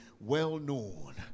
well-known